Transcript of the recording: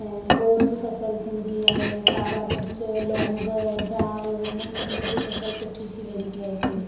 ऐं ओर जी फसल थींदी आहे कारा मिर्च लौंग जाणु इन्हनि सभिनी जी फसल सुठी थी वेंदी आहे हिते